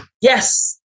yes